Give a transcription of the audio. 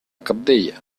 cabdella